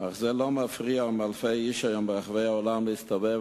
אך זה לא מפריע לאלפי אנשים ברחבי העולם להסתובב